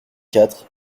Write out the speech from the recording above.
quatre